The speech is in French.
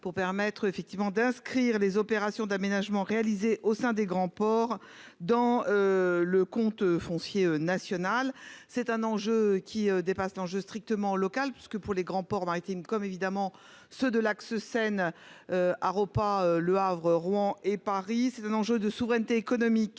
effectivement d'inscrire les opérations d'aménagement réalisé au sein des grands ports dans. Le compte foncier national. C'est un enjeu qui dépasse l'enjeu strictement local parce que pour les grands ports maritimes comme évidemment ceux de l'axe Seine. Aropa Le Havre, Rouen et Paris c'est un enjeu de souveraineté économique